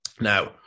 Now